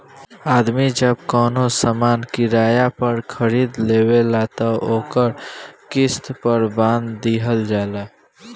आदमी जब कवनो सामान किराया पर खरीद लेवेला त ओकर किस्त पर बांध दिहल जाला